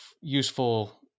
useful